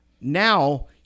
now